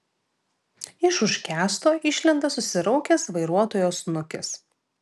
iš už kęsto išlenda susiraukęs vairuotojo snukis